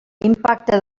impacte